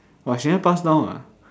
!wah! she never pass down ah